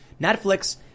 Netflix